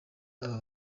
aba